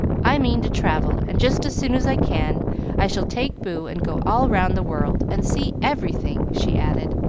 i mean to travel, and just as soon as i can i shall take boo and go all round the world, and see everything, she added,